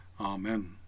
Amen